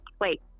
Wait